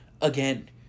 again